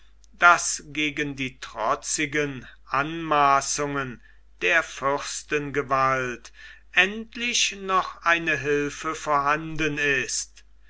daß gegen die trotzigen anmaßungen der fürstengewalt endlich noch eine hilfe vorhanden ist